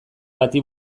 bati